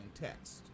text